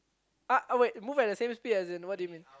uh wait move at the same speed as in what do you mean